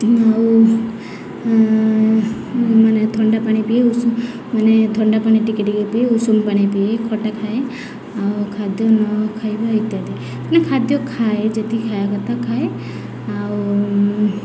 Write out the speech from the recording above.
ଆଉ ମାନେ ଥଣ୍ଡା ପାଣି ପିଇ ଉଷୁମ ମାନେ ଥଣ୍ଡା ପାଣି ଟିକେ ଟିକେ ପିଇ ଉଷୁମ ପାଣି ପିଏ ଖଟା ଖାଏ ଆଉ ଖାଦ୍ୟ ନ ଖାଇବା ଇତ୍ୟାଦି ମାନେ ଖାଦ୍ୟ ଖାଏ ଯେତିକି ଖାଇବା କଥା ଖାଏ ଆଉ